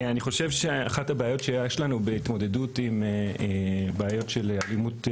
אני חושב שאחת הבעיות שיש לנו בהתמודדות עם בעיות של אלימות שוטרים,